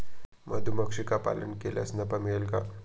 मधुमक्षिका पालन केल्यास नफा मिळेल का?